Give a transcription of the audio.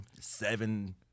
seven